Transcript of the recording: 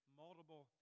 multiple